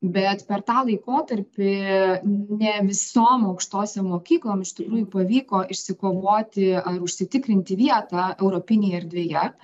bet per tą laikotarpį ne visom aukštosiom mokyklom iš tikrųjų pavyko išsikovoti ar užsitikrinti vietą europinėj erdvėje